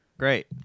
Great